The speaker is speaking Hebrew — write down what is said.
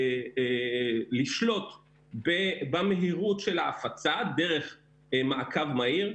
ולשלוט במהירות של ההפצה דרך מעקב מהיר,